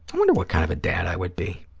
wonder what kind of a dad i would be.